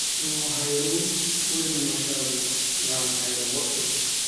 Numo hairu buri numo sharru. Ngam hairu boddum.